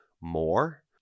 more